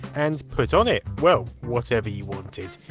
and put on it, well, whatever you wanted.